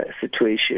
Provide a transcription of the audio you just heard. situation